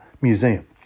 Museum